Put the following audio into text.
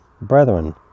Brethren